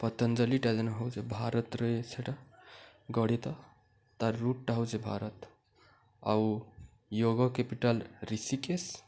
ପତଞ୍ଜଲିଟା ଯେନ୍ ହଉଛେ ଭାରତରେ ସେଇଟା ଗଢ଼ିତ ତାର୍ ରୁଟ୍ଟା ହଉଛେ ଭାରତ ଆଉ ୟୋଗା କ୍ୟାପିଟାଲ ରିଷିକେଶ